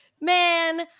Man